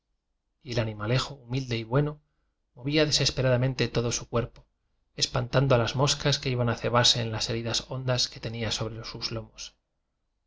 y el animalejo hu milde y bueno movía desesperadamente todo su cuerpo espantando a las moscas que iban a cebarse en las heridas hondas que tenía sobre sus lomos